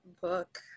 book